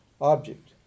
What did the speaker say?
object